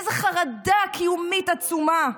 איזו חרדה קיומית עצומה.